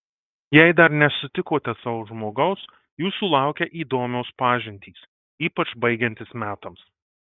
jei dar nesutikote savo žmogaus jūsų laukia įdomios pažintys ypač baigiantis metams